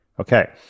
Okay